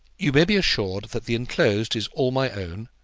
you may be assured that the enclosed is all my own,